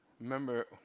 remember